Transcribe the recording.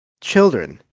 children